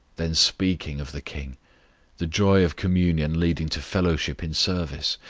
then speaking of the king the joy of communion leading to fellowship in service,